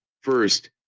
First